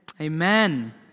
Amen